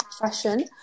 fashion